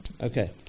Okay